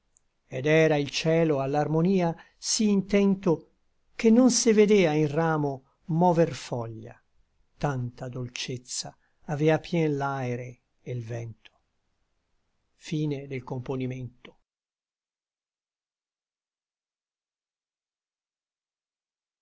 ed era il cielo a l'armonia sí intento che non se vedea in ramo mover foglia tanta dolcezza avea pien l'aere e l vento quel